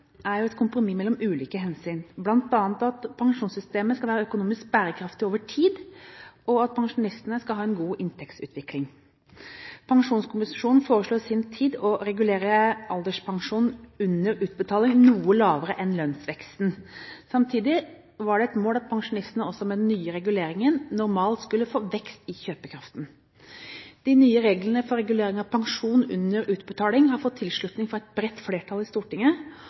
er et kompromiss mellom ulike hensyn, bl.a. at pensjonssystemet skal være økonomisk bærekraftig over tid, og at pensjonistene skal ha en god inntektsutvikling. Pensjonskommisjonen foreslo i sin tid å regulere alderspensjoner under utbetaling noe lavere enn lønnsveksten. Samtidig var det et mål at pensjonistene også med den nye reguleringen normalt skulle få vekst i kjøpekraften. De nye reglene for regulering av pensjon under utbetaling har fått tilslutning fra et bredt flertall i Stortinget